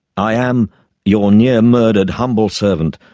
i am your near murdered humble servant,